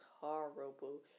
horrible